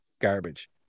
garbage